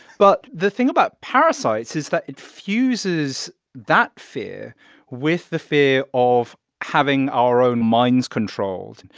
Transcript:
but the thing about parasites is that it fuses that fear with the fear of having our own minds controlled.